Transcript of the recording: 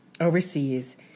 overseas